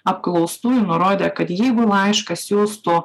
apklaustųjų nurodė kad jeigu laišką siųstų